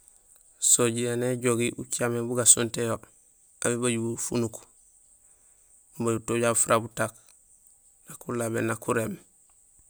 Sooj éni éjogi ucaméén bu gasontéén yo; aw bébajul bufunuk, nubajul utooj wa bufira butak nak ulabéén nak uréém.